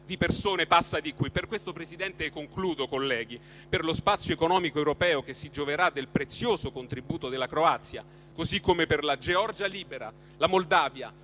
di persone passa di qui. Per questo, signora Presidente, per lo Spazio economico europeo che si gioverà del prezioso contributo della Croazia, così come per la Georgia libera, per la Moldavia,